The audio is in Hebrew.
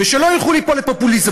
ושלא ילכו לי פה לפופוליזם.